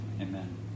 Amen